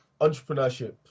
entrepreneurship